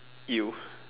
you